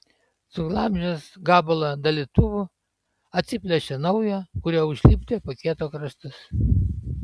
suglamžęs gabalą dalytuvu atsiplėšė naują kuriuo užlipdė paketo kraštus